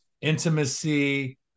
intimacy